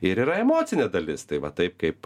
ir yra emocinė dalis tai va taip kaip